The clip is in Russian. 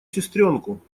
сестренку